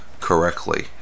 correctly